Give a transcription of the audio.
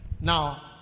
Now